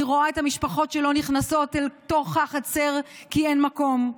אני רואה את המשפחות שלא נכנסות לתוך החצר כי אין מקום.